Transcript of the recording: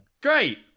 Great